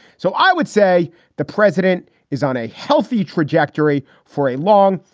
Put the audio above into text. so i would say the president is on a healthy trajectory for a long,